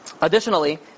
additionally